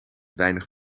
weinig